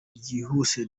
ryihuse